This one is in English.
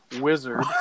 wizard